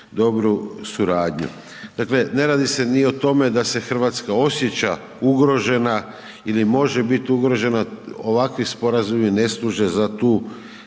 dobru suradnju. Dakle, ne radi se ni o tome da se RH osjeća ugrožena ili može bit ugrožena, ovakvi sporazumi ne služe za tu